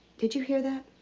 did you hear that?